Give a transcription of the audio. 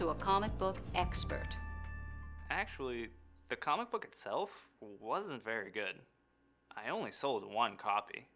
to a comic book expert actually the comic book itself wasn't very good i only sold one copy